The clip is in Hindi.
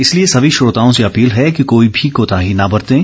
इसलिए सभी श्रोताओं से अपील है कि कोई भी कोताही न बरतें